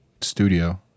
studio